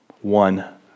One